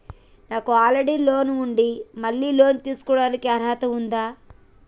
నాకు already loan ఉండి మళ్ళీ లోన్ తీసుకోవడానికి అర్హత ఉందా?